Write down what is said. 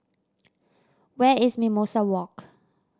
where is Mimosa Walk